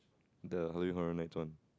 the halloween horror night's one